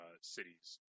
cities